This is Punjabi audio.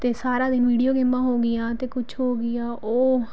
ਅਤੇ ਸਾਰਾ ਦਿਨ ਵੀਡੀਓ ਗੇਮਾਂ ਹੋ ਗਈਆਂ ਅਤੇ ਕੁਝ ਹੋ ਗਈਆਂ ਉਹ